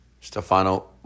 Stefano